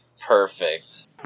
perfect